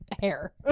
hair